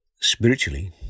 Spiritually